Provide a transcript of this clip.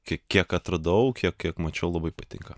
kiek kiek atradau kiek kiek mačiau labai patinka